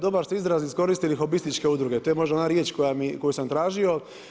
Dobar ste izraz iskoristili hobističke udruge, to je možda ona riječ koju sam tražio.